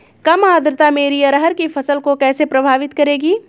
कम आर्द्रता मेरी अरहर की फसल को कैसे प्रभावित करेगी?